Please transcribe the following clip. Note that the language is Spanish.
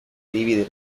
divide